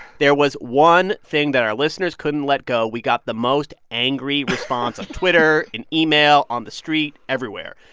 there was one thing that our listeners couldn't let go. we got the most angry response on twitter, in email, on the street, everywhere.